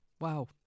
Wow